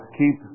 keep